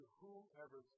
whoever